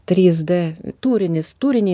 trys d tūrinis turiniai